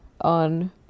on